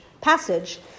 passage